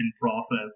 process